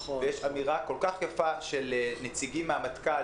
ויש אמירה כל כך יפה של נציגים מן המטכ"ל